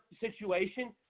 situation